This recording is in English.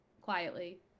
quietly